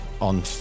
on